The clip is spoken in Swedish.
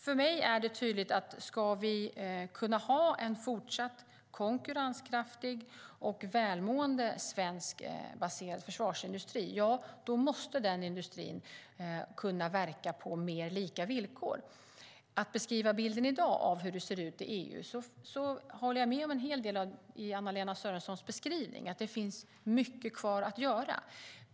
För mig är det tydligt att ska vi kunna ha en fortsatt konkurrenskraftig och välmående svenskbaserad försvarsindustri måste den industrin kunna verka på mer lika villkor. I fråga om att beskriva bilden av hur det ser ut i EU i dag håller jag med om en hel del i Anna-Lena Sörensons beskrivning, att det finns mycket kvar att göra.